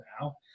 now